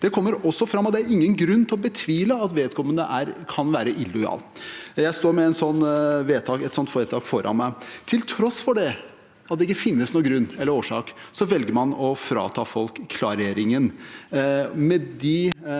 Det kommer også fram at det ikke er noen grunn til å tro at vedkommende kan være illojal. Jeg står med en sånt vedtak foran meg. Til tross for at det ikke finnes noen grunn, velger man å frata folk klareringen,